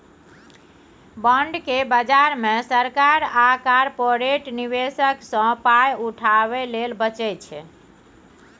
bond केँ बजार मे सरकार आ कारपोरेट निबेशक सँ पाइ उठाबै लेल बेचै छै